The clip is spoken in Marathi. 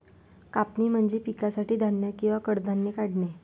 कापणी म्हणजे पिकासाठी धान्य किंवा कडधान्ये काढणे